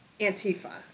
Antifa